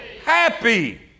Happy